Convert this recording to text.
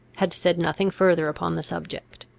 had said nothing further upon the subject.